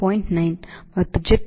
9 ಮತ್ತು jet transport 0